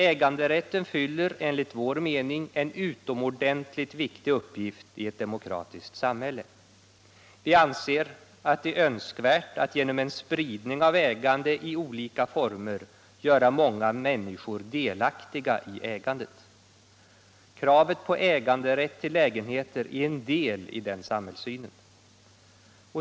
Äganderätten fyller enligt vår mening en utomordentligt viktig uppgift i ett demokratiskt samhälle. Vi anser det önskvärt att genom en spridning av ägande i olika former göra många människor delaktiga i ägandet. Kravet på äganderätt till lägenheter är en del i den samhällssynen.